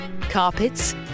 carpets